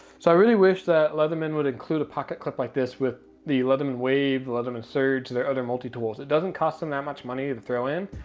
so i really wish that leatherman would include a pocket clip like this with the leatherman wave, the leatherman surge, their other multi-tools. it doesn't cost them that much money to throw in.